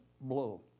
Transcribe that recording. Blow